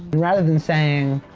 and rather than saying,